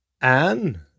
Anne